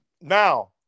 Now